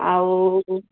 ଆଉ